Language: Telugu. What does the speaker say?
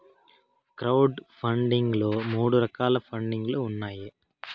క్రౌడ్ ఫండింగ్ లో మూడు రకాల పండింగ్ లు ఉన్నాయి